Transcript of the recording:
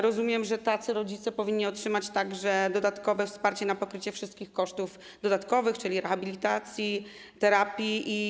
Rozumiem, że tacy rodzice powinni otrzymać także wsparcie na pokrycie wszystkich kosztów dodatkowych, czyli rehabilitacji, terapii.